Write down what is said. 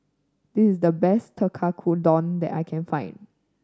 this is the best Tekkadon that I can find